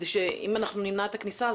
כי אם אנחנו נמנע את הכניסה,